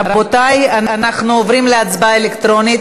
רבותי, אנחנו עוברים להצבעה אלקטרונית.